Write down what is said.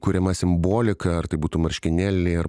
kuriama simbolika ar tai būtų marškinėliai ar